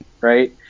right